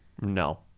No